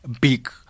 big